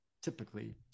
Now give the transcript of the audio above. Typically